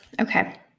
Okay